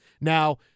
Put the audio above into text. Now